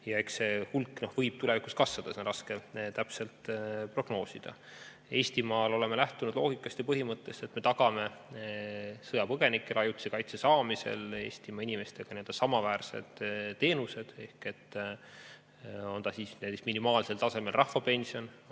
eks see hulk võib tulevikus kasvada, seda on raske täpselt prognoosida. Eestis oleme lähtunud loogikast ja põhimõttest, et me tagame sõjapõgenike ajutise kaitse saamisel Eestimaa inimestega samaväärsed teenused, olgu näiteks minimaalsel tasemel rahvapension